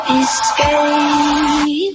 escape